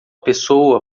pessoa